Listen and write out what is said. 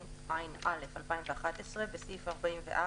התשע"א 2011‏, בסעיף 44,